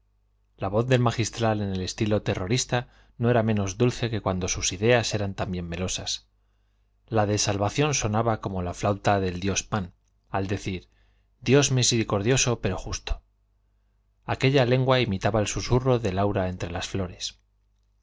la voz del magistral en el estilo terrorista no era menos dulce que cuando sus ideas eran también melosas la de salvación sonaba como la flauta del dios pan al decir dios misericordioso pero justo aquella lengua imitaba el susurro del aura entre las flores